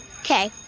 Okay